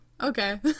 okay